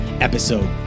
episode